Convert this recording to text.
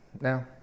now